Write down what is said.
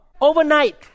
Overnight